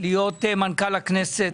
להיות מנכ"ל הכנסת.